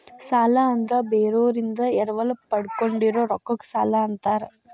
ಸಾಲ ಅಂದ್ರ ಬೇರೋರಿಂದ ಎರವಲ ಪಡ್ಕೊಂಡಿರೋ ರೊಕ್ಕಕ್ಕ ಸಾಲಾ ಅಂತಾರ